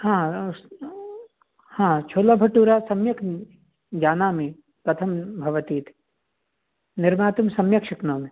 हा छोला बटूरा सम्यक् जानामि कथं भवति इति निर्मातुं सम्यक् शक्नोमि